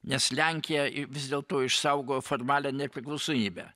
nes lenkija vis dėlto išsaugojo formalią nepriklausomybę